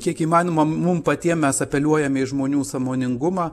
kiek įmanoma mum patiem mes apeliuojame į žmonių sąmoningumą